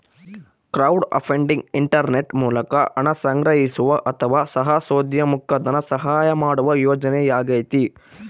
crowdfunding internet ಮೂಲಕ ಹಣ ಸಂಗ್ರಹಿಸುವ ಅಥವಾ ಸಾಹಸೋದ್ಯಮುಕ್ಕ ಧನಸಹಾಯ ಮಾಡುವ ಯೋಜನೆಯಾಗೈತಿ